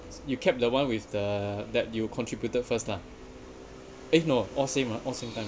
you kept the [one] with the that you contributed first lah eh no all same ah all same time